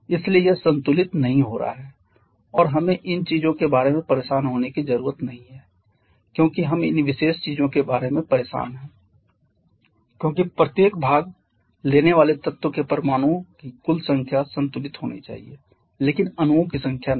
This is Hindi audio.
इसलिए यह संतुलित नहीं हो रहा है और हमें इन चीजों के बारे में परेशान होने की जरूरत नहीं है क्योंकि हम इन विशेष चीजों के बारे में परेशान हैं क्योंकि प्रत्येक भाग लेने वाले तत्व के परमाणुओं की कुल संख्या संतुलित होनी चाहिए लेकिन अणुओं की संख्या नहीं